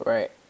Right